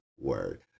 word